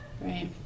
right